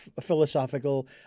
philosophical